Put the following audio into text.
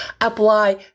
apply